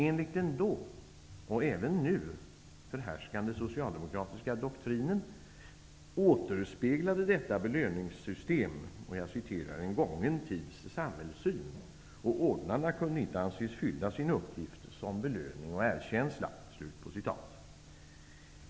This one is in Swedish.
Enligt den då, och även nu, förhärskande socialdemokratiska doktrinen återspeglade detta belöningssystem ''en gången tids samhällssyn''; ''ordnarna kunde inte anses fylla sin uppgift som belöning och erkänsla''.